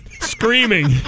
screaming